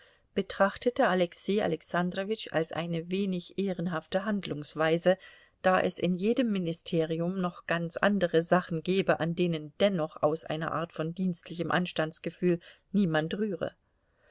betrachtete alexei alexandrowitsch als eine wenig ehrenhafte handlungsweise da es in jedem ministerium noch ganz andere sachen gebe an denen dennoch aus einer art von dienstlichem anstandsgefühl niemand rühre